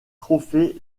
trophées